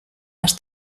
las